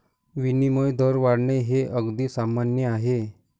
विनिमय दर वाढणे हे अगदी सामान्य आहे